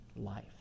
life